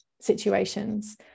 situations